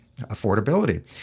affordability